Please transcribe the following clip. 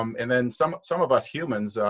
um and then some some of us humans,